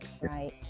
right